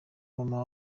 mama